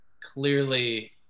clearly